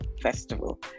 festival